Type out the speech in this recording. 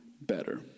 better